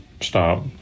stop